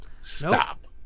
Stop